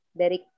dari